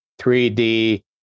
3D